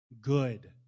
good